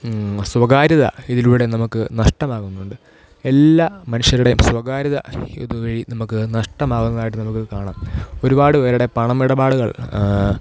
സ്വകാര്യത ഇതിലൂടെ നമുക്ക് നഷ്ടമാകുന്നുണ്ട് എല്ലാ മനുഷ്യരുടെയും സ്വകാര്യത ഇതുവഴി നമുക്ക് നഷ്ടമാവുന്നതായിട്ട് നമുക്ക് കാണാം ഒരുപാട് പേരുടെ പണമിടപാടുകൾ